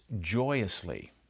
joyously